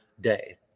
day